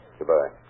Goodbye